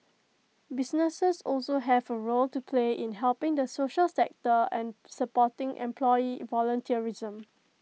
businesses also have A role to play in helping the social sector and supporting employee volunteerism